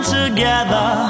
together